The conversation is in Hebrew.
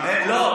לא,